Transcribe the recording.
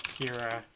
qira.